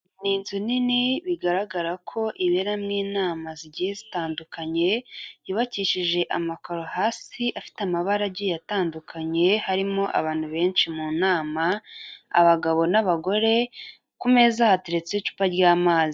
Ni nzu nini bigaragara ko iberamo inama zigiye zitandukanye, yubakishije amakoro hasi afite amabaragi atandukanye, harimo abantu benshi mu nama, abagabo n'abagore. Ku meza hateretse icupa ry'amazi.